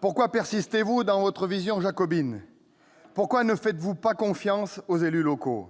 Pourquoi persistez-vous dans votre vision jacobine ? Pourquoi ne faites-vous pas confiance aux élus locaux ?